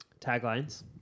Taglines